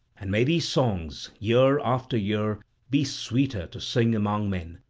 and may these songs year after year be sweeter to sing among men.